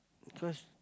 cause